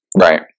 Right